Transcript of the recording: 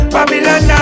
Babylon